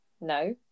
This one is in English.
No